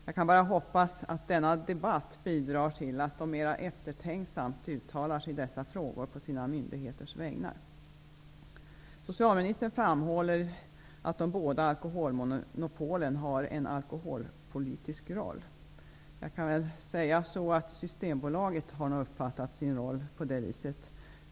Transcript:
Jag kan bara hoppas att denna debatt bidrar till att de mera eftertänksamt uttalar sig i dessa frågor på sina myndigheters vägnar. Socialministern framhåller att de båda alkoholmonopolen har en alkoholpolitisk roll. Systembolaget har nog uppfattat sin roll på det sättet.